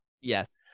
Yes